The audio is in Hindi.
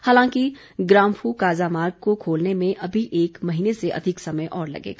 हालांकि ग्राम्फू काजा मार्ग को खोलने में अभी एक महीने से अधिक समय और लगेगा